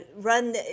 run